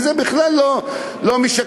וזה בכלל לא משקף.